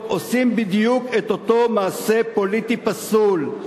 עושים בדיוק את אותו מעשה פוליטי פסול.